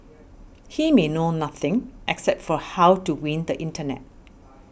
he may know nothing except for how to win the internet